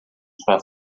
sua